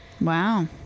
Wow